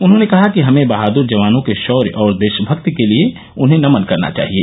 उन्होंने कहा कि हमें बहादर जवानों के शोर्य और देशमक्ति के लिए उन्हें नमन करना चाहिए